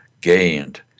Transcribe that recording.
gained